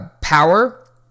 power